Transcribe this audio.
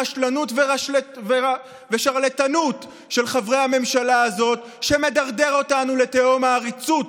רשלנות ושרלטנות של חברי הממשלה הזאת שמדרדר אותנו לתהום העריצות,